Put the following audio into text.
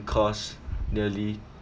cause nearly